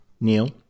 Neil